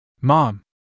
Mom